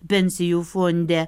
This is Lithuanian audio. pensijų fonde